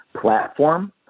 platform